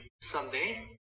Sunday